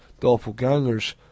doppelgangers